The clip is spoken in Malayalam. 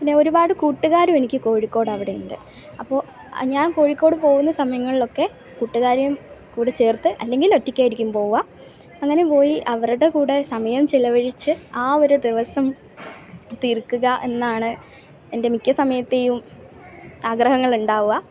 പിന്നെ ഒരുപാട് കൂട്ടുകാരും എനിക്ക് കോഴിക്കോട് അവിടുണ്ട് അപ്പോൾ ഞാൻ കോഴിക്കോട് പോകുന്ന സമയങ്ങളിലൊക്കെ കൂട്ടുകാരേം കൂടി ചേർത്ത് അല്ലെങ്കിൽ ഒറ്റക്കായിരിക്കും പോവുക അങ്ങനെ പോയി അവരുടെ കൂടെ സമയം ചിലവഴിച്ച് ആ ഒരു ദിവസം തീർക്കുക എന്നാണ് എൻ്റെ മിക്ക സമയത്തെയും ആഗ്രഹങ്ങളുണ്ടാവുക